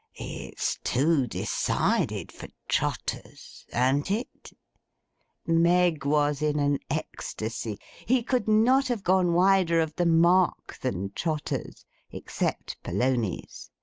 it's too decided for trotters. an't it meg was in an ecstasy. he could not have gone wider of the mark than trotters except polonies.